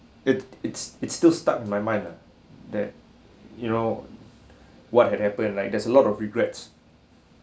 it it's it's still stuck in my mind ah that you know what had happened like there's a lot of regrets